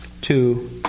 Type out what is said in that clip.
two